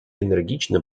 энергично